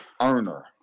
earner